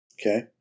Okay